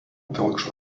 telkšo